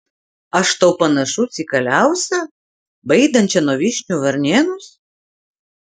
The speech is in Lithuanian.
aš tau panašus į kaliausę baidančią nuo vyšnių varnėnus